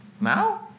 Now